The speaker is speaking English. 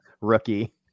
rookie